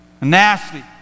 nasty